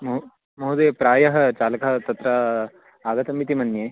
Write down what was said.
म महोदय प्रायः चालकः तत्र आगतमिति मन्ये